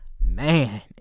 man